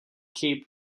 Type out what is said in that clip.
cape